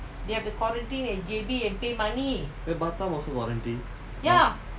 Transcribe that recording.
then batam also quarantine